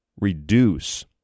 reduce